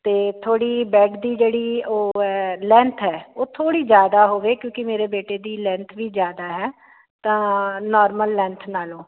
ਅਤੇ ਥੋੜ੍ਹੀ ਬੈੱਡ ਦੀ ਜਿਹੜੀ ਉਹ ਹੈ ਲੈਂਥ ਹੈ ਉਹ ਥੋੜ੍ਹੀ ਜ਼ਿਆਦਾ ਹੋਵੇ ਕਿਉਂਕਿ ਮੇਰੇ ਬੇਟੇ ਦੀ ਲੈਂਥ ਵੀ ਜ਼ਿਆਦਾ ਹੈ ਤਾਂ ਨੋਰਮਲ ਲੈਂਥ ਨਾਲੋਂ